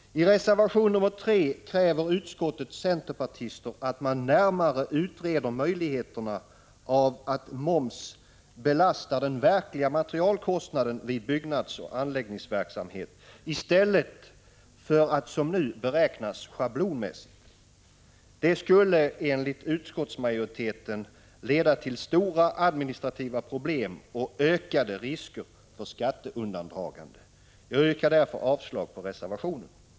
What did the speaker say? I reservation nr 3 kräver utskottets centerpartister att man närmare utreder möjligheterna av att moms belastar den verkliga materialkostnaden vid byggnadsoch anläggningsverksamhet i stället för att som nu beräknas schablonmässigt. Det skulle, enligt utskottsmajoriteten, leda till stora administrativa problem och ökade risker för skatteundandragande. Jag yrkar därför avslag på reservationen.